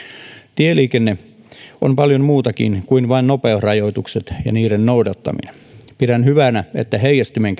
tieliikenne on paljon muutakin kuin vain nopeusrajoitukset ja niiden noudattaminen pidän hyvänä että heijastimen